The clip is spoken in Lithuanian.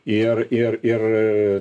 ir ir ir